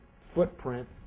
footprint